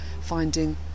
finding